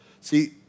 See